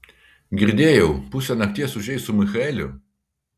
girdėjau pusę nakties ūžei su michaeliu